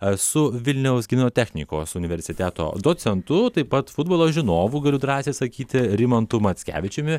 su vilniaus gedimino technikos universiteto docentu taip pat futbolo žinovu galiu drąsiai sakyti rimantu mackevičiumi